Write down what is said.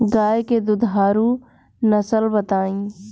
गाय के दुधारू नसल बताई?